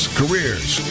careers